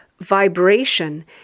vibration